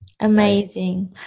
amazing